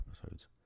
episodes